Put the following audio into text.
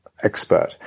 Expert